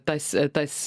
tas tas